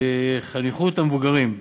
חניכות המבוגרים: